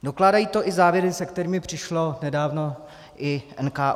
Dokládají to i závěry, se kterými přišel nedávno i NKÚ.